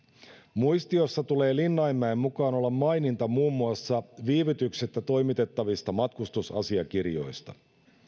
muistiossa tulee linnainmäen mukaan olla maininta muun muassa viivytyksettä toimitettavista matkustusasiakirjoista